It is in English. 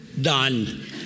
Done